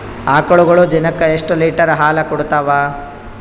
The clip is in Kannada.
ಆಕಳುಗೊಳು ದಿನಕ್ಕ ಎಷ್ಟ ಲೀಟರ್ ಹಾಲ ಕುಡತಾವ?